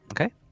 Okay